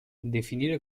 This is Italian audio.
definire